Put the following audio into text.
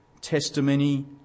Testimony